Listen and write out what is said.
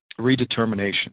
redetermination